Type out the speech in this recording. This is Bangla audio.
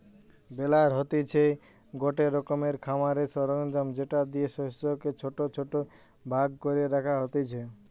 বেলার হতিছে গটে রকমের খামারের সরঞ্জাম যেটা দিয়ে শস্যকে ছোট ছোট ভাগ করে রাখা হতিছে